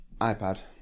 iPad